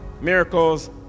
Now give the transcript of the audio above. miracles